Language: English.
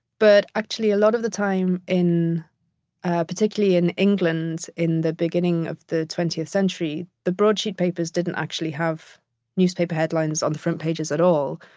but actually a lot of the time, particularly in england, in the beginning of the twentieth century, the broadsheet papers didn't actually have newspaper headlines on the front pages at all.